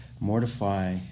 mortify